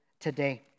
today